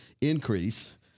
increase